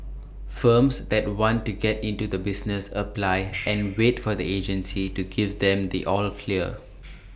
firms that want to get into the business apply and wait for the agency to give them the all of clear